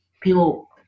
people